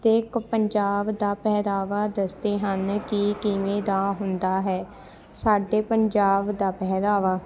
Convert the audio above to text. ਅਤੇ ਇੱਕ ਪੰਜਾਬ ਦਾ ਪਹਿਰਾਵਾ ਦੱਸਦੇ ਹਨ ਕਿ ਕਿਵੇਂ ਦਾ ਹੁੰਦਾ ਹੈ ਸਾਡੇ ਪੰਜਾਬ ਦਾ ਪਹਿਰਾਵਾ